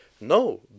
No